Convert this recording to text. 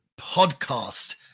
podcast